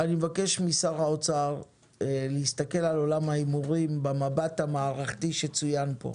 אני מבקש משר האוצר להסתכל על עולם ההימורים במבט המערכתי שצוין פה.